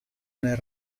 nel